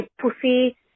pussy